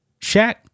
Shaq